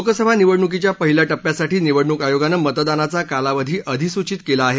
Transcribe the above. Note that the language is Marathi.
लोकसभा निवडणुकीच्या पहिल्या टप्प्यासाठी निवडणूक आयोगानं मतदानाचा कालावधी अधिसूचित केला आहे